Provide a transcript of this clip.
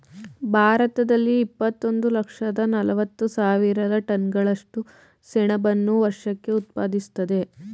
ಭಾರತದಲ್ಲಿ ಇಪ್ಪತ್ತೊಂದು ಲಕ್ಷದ ನಲವತ್ತು ಸಾವಿರ ಟನ್ಗಳಷ್ಟು ಸೆಣಬನ್ನು ವರ್ಷಕ್ಕೆ ಉತ್ಪಾದಿಸ್ತದೆ